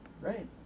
Right